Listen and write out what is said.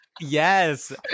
Yes